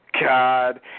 God